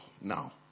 now